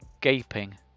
gaping